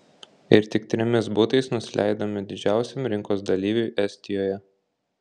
ir tik trimis butais nusileidome didžiausiam rinkos dalyviui estijoje